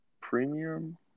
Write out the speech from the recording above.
premium